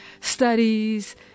studies